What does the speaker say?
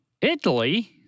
Italy